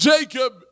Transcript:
Jacob